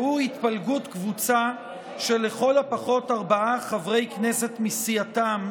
והוא התפלגות קבוצה של לכל הפחות ארבעה חברי כנסת מסיעתם,